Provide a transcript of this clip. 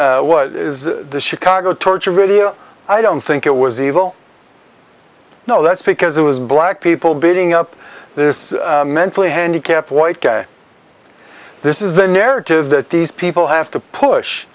was the chicago torture video i don't think it was evil no that's because it was black people beating up this mentally handicapped white guy this is the narrative that these people have to push